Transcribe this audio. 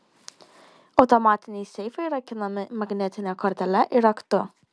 automatiniai seifai rakinami magnetine kortele ir raktu